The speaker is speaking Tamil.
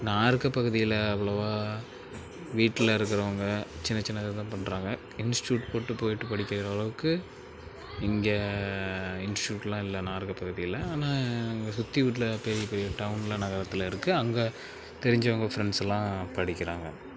நான் இருக்க பகுதியில் அவ்வளோவா வீட்டில் இருக்கிறவங்க சின்ன சின்ன இது தான் பண்ணுறாங்க இன்ஸ்ட்யூட் போட்டு போயிட்டு படிக்கிற அளவுக்கு இங்கே இன்ஸ்ட்யூடெலாம் இல்லை நான் இருக்கிற பகுதியில் ஆனால் இங்கே சுற்றி உள்ள பெரிய பெரிய டவுனில் நகரத்தில் இருக்குது அங்கே தெரிஞ்சவங்க ஃப்ரெண்ட்ஸுலாம் படிக்கிறாங்க